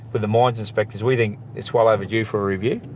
with the mine inspectors, we think it's well overdue for review.